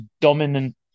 dominant